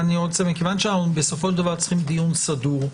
מכיוון שבסופו של דבר אנחנו צריכים דיון סדור,